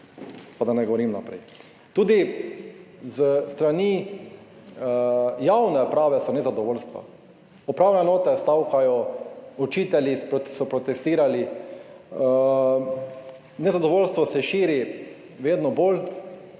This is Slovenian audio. pa da ne govorim naprej. Tudi s strani javne uprave so nezadovoljstva. Upravne enote stavkajo, učitelji so protestirali, nezadovoljstvo se širi vedno bolj